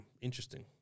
interesting